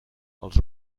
als